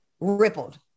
rippled